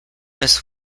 miss